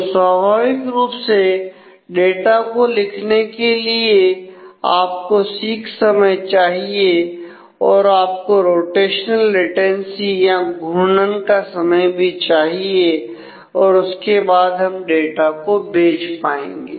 तो स्वाभाविक रूप से डाटा को लिखने के लिए आपको सीक समय चाहिए और आपको रोटेशनल लेटेंसी या घूर्णन का समय भी चाहिए और उसके बाद हम डाटा को भेज पाएंगे